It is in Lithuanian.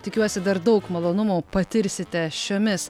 tikiuosi dar daug malonumo patirsite šiomis